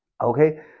Okay